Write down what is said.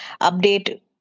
update